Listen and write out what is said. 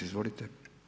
Izvolite.